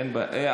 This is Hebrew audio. אין בעיה.